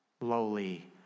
lowly